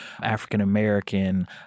African-American